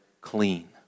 clean